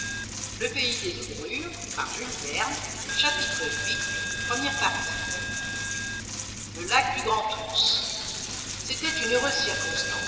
viii le lac du grand ours c'était une heureuse circonstance